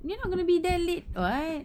you are not gonna be there late [what]